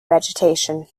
vegetation